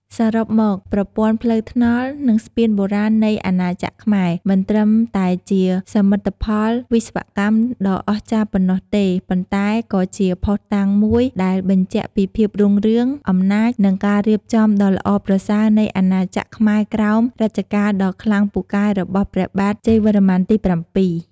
សរុបមក ប្រព័ន្ធផ្លូវថ្នល់ និងស្ពានបុរាណនៃអាណាចក្រខ្មែរ មិនត្រឹមតែជាសមិទ្ធផលវិស្វកម្មដ៏អស្ចារ្យប៉ុណ្ណោះទេ ប៉ុន្តែក៏ជាភស្តុតាងមួយដែលបញ្ជាក់ពីភាពរុងរឿង អំណាច និងការរៀបចំដ៏ល្អប្រសើរនៃអាណាចក្រខ្មែរក្រោមរជ្ជកាលដ៏ខ្លាំងពូកែរបស់ព្រះបាទជ័យវរ្ម័នទី៧។